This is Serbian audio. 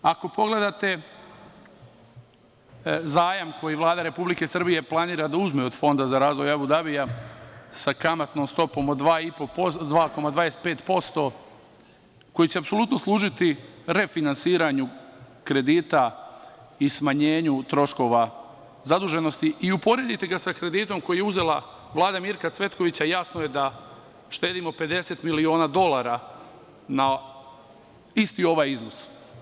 Ako pogledate zajam koji Vlada Republike Srbije planira da uzme od Fonda za razvoj Abu Dabija sa kamatnom stopom od 2,25%, koji će apsolutno služiti refinansiranju kredita i smanjenju troškova zaduženosti i uporedite ga sa kreditom koji je uzela Vlada Mirka Cvetkovića, jasno je da štedimo 50 miliona dolara na isti ovaj iznos.